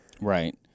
Right